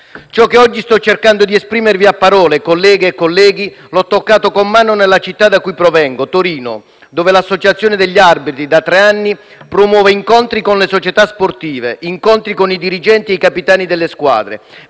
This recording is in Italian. Ciò che oggi sto cercando di esprimervi a parole, colleghe e colleghi, l'ho toccato con mano nella città da cui provengo, Torino, dove l'associazione degli arbitri da tre anni promuove incontri con le società sportive (incontri con i dirigenti e i capitani delle squadre),